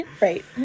right